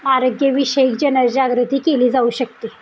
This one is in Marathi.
आरोग्यविषयक जनजागृती केली जाऊ शकते